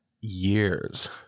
years